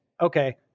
okay